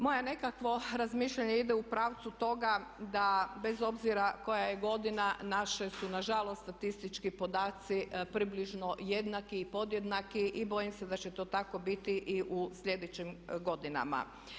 Moje nekakvo razmišljanje ide u pravcu toga da bez obzira koja je godina naši su nažalost statistički podaci približno jednaki i podjednaki i bojim se da će to tako biti i u sljedećim godinama.